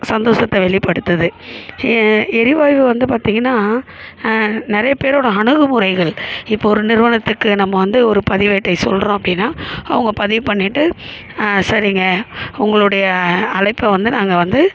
சந்தோஷத்தை வெளிப்படுத்துது எரிவாயு வந்து பார்த்திங்கன்னா நிறைய பேரோடய அணுகுமுறைகள் இப்போ ஒரு நிறுவனத்துக்கு நம்ம வந்து ஒரு பதிவேட்டை சொல்கிறோம் அப்படின்னா அவங்க பதிவு பண்ணிவிட்டு ஆ சரிங்க உங்களுடைய அழைப்ப வந்து நாங்கள் வந்து